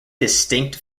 distinct